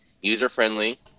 user-friendly